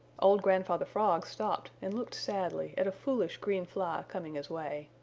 old grandfather frog stopped and looked sadly at a foolish green fly coming his way.